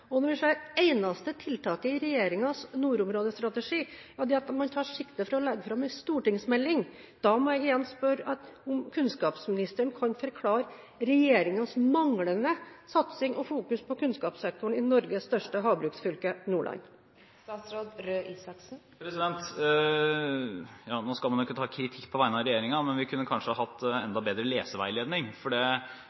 Når vi ser at det eneste tiltaket i regjeringens nordområdestrategi er at man tar sikte på å legge fram en stortingsmelding, må jeg igjen spørre om kunnskapsministeren kan forklare regjeringens manglende satsing og fokusering på kunnskapssektoren i Norges største havbruksfylke, Nordland. Nå skal man jo ikke ta kritikk på vegne av regjeringen, men vi kunne kanskje hatt en